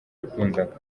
yakundaga